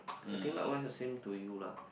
I think likewise the same to you lah